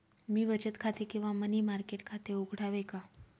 मी बचत खाते किंवा मनी मार्केट खाते उघडावे का?